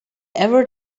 ever